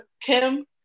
Kim